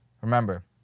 Remember